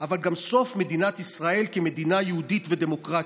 אבל גם סוף מדינת ישראל כמדינה יהודית ודמוקרטית.